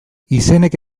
izenek